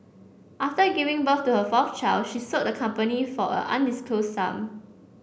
after giving birth to her fourth child she sold the company for an undisclosed sum